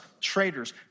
traitors